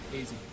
Easy